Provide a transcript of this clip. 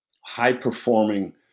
high-performing